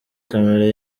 camera